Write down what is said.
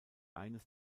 eines